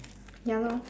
ya lor